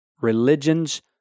religions